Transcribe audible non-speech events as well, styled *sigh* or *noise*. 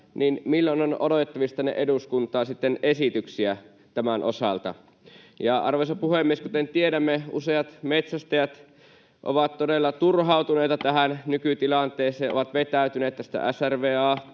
sitten odotettavissa tänne eduskuntaan esityksiä tämän osalta? Arvoisa puhemies! Kuten tiedämme, useat metsästäjät ovat todella turhautuneita tähän *noise* nykytilanteeseen, ovat vetäytyneet tästä SRVA-toiminnasta